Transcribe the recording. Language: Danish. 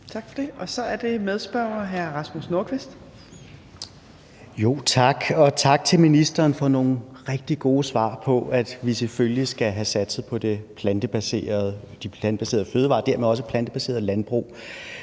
Tak for det. Og så er det medspørger hr. Rasmus Nordqvist. Kl. 15:39 Rasmus Nordqvist (SF): Tak, og tak til ministeren for nogle rigtig gode svar, der gik på, at vi selvfølgelig skal have satset på de plantebaserede fødevarer og dermed også et plantebaseret landbrug.